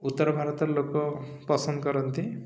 ଉତ୍ତର ଭାରତ ଲୋକ ପସନ୍ଦ କରନ୍ତି